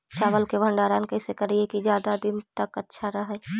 चावल के भंडारण कैसे करिये की ज्यादा दीन तक अच्छा रहै?